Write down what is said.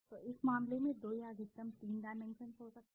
तो इस मामले में 2 या अधिकतम 3 डाइमेंशन्स हो सकते हैं